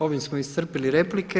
Ovim smo iscrpili replike.